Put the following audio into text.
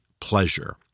pleasure